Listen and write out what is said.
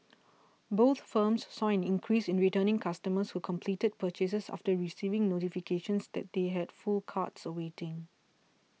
both firms saw an increase in returning customers who completed purchases after receiving notifications that they had full carts waiting